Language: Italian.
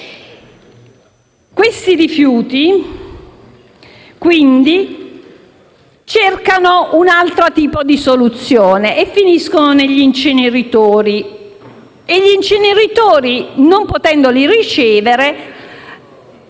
Questi rifiuti, quindi, cercano un altro tipo di soluzione e finiscono negli inceneritori; questi, non potendoli ricevere,